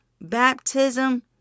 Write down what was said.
baptism